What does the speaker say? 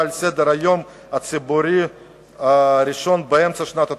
על סדר-היום הציבורי לראשונה באמצע שנות ה-90,